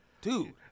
dude